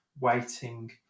waiting